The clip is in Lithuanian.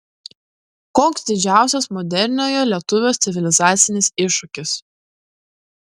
koks didžiausias moderniojo lietuvio civilizacinis iššūkis